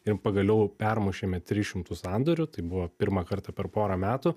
ir pagaliau permušėme tris šimtus sandorių tai buvo pirmą kartą per porą metų